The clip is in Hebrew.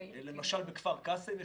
בכפר קאסם,